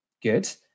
Good